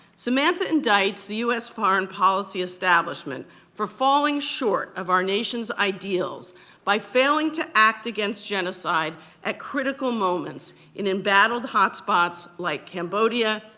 samantha indicts the us foreign policy establishment for falling short of our nation's ideals by failing to act against genocide at critical moments in embattled hotspots like cambodia,